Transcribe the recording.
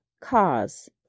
Cars